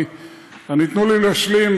תנו לי להשלים,